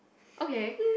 okay